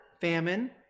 famine